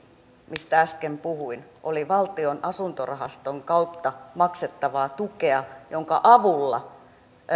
mistä äsken puhuin oli valtion asuntorahaston kautta maksettavaa tukea jonka avulla